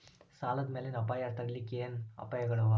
ಸಾಲದ್ ಮ್ಯಾಲಿನ್ ಅಪಾಯ ತಡಿಲಿಕ್ಕೆ ಏನ್ ಉಪಾಯ್ಗಳವ?